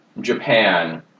Japan